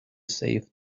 save